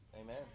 Amen